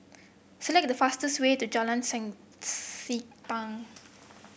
select the fastest way to Jalan